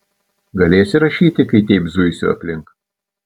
galėsi rašyti kai taip zuisiu aplink